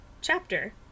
chapter